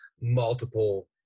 multiple